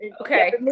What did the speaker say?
Okay